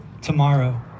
tomorrow